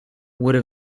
would